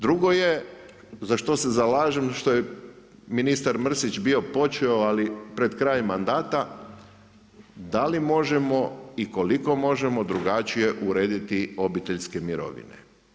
Drugo je za što se zalažem što je ministar Mrsić bio počeo, ali pred kraj mandata da li možemo i koliko možemo drugačije urediti obiteljske mirovine?